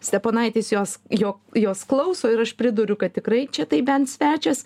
steponaitis jos jog jos klauso ir aš priduriu kad tikrai čia tai bent svečias